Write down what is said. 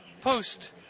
Post